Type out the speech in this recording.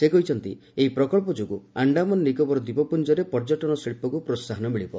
ସେ କହିଛନ୍ତି ଏହି ପ୍ରକଳ୍ପ ଯୋଗୁଁ ଆଣ୍ଡାମାନ ନିକୋବର ଦ୍ୱୀପପୁଞ୍ଜରେ ପର୍ଯ୍ୟଟନ ଶିଳ୍ପକୁ ପ୍ରୋହାହନ ମିଳିବ